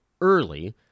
early